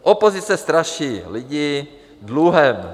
Opozice straší lidi dluhem.